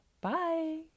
Bye